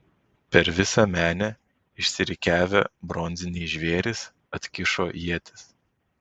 per visą menę išsirikiavę bronziniai žvėrys atkišo ietis